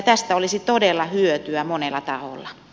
tästä olisi todella hyötyä monella taholla